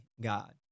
God